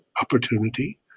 opportunity